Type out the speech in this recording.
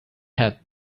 had